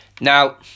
Now